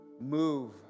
move